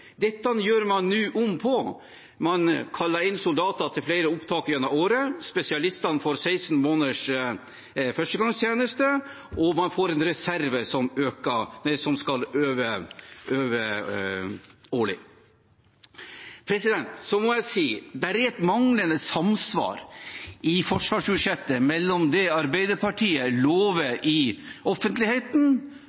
Dette gjør man nå om på. Man kaller inn soldater til flere opptak gjennom året. Spesialistene får 16 måneders førstegangstjeneste, og man får en reserve som skal øve årlig. Så må jeg si at det er et manglende samsvar i forsvarsbudsjettet mellom det Arbeiderpartiet lover